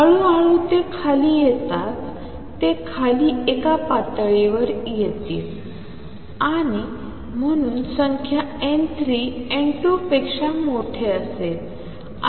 हळू हळू ते खाली येताच ते खाली एक पातळीवर येतील आणि म्हणून संख्या n3 n2 पेक्षा मोठे असेल अशी शक्यता आहे